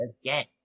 again